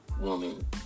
woman